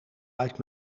uit